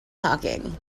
talking